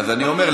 אז אני אומר,